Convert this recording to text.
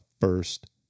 first